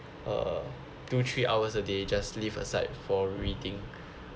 uh two three hours a day just leave aside for reading